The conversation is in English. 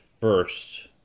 first